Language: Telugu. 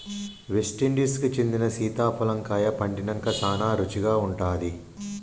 వెస్టిండీన్ కి చెందిన సీతాఫలం కాయ పండినంక సానా రుచిగా ఉంటాది